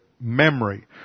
memory